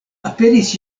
aperis